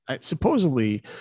supposedly